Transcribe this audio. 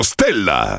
Stella